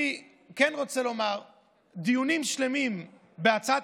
אני כן רוצה לומר שדיונים שלמים בהצעת